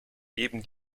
eben